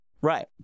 Right